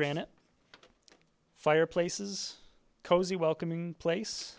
granite fireplaces cosy welcoming place